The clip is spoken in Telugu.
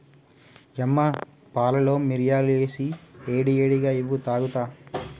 యమ్మ పాలలో మిరియాలు ఏసి ఏడి ఏడిగా ఇవ్వు తాగుత